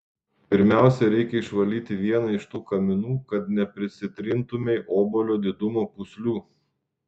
pirmiausia reikia išvalyti vieną iš tų kaminų kad neprisitrintumei obuolio didumo pūslių